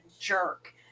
jerk